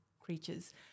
creatures